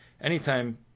anytime